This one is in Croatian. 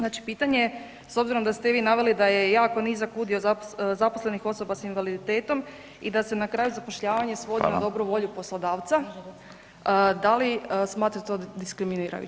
Znači, pitanje je s obzirom da ste vi naveli da je jako nizak udio zaposlenih osoba s invaliditetom i da se na kraju zapošljavanje [[Upadica: Fala]] svodi na dobru volju poslodavca, da li smatrate to diskriminirajućim?